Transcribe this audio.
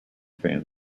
fan